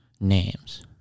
names